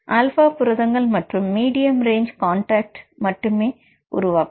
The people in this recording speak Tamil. ஆல்பா புரதங்கள் மற்றும் மீடியம் ரேஞ்ச் கான்டக்ட் மட்டுமே உருவாக்கும்